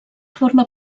forma